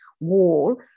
wall